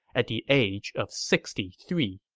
at the age of sixty three